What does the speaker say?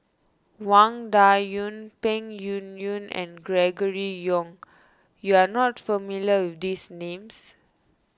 Wang Dayuan Peng Yuyun and Gregory Yong you are not familiar these names